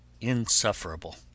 insufferable